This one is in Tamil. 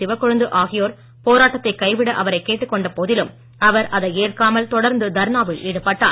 சிவக்கொழுந்து ஆகியோர் போராட்டத்தை கைவிட அவரைக் கேட்டுக் கொண்ட போதிலும் அவர் அதை ஏற்காமல் தொடர்ந்து தர்ணாவில் ஈடுபட்டார்